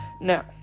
Now